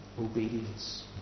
obedience